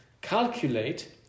calculate